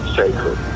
sacred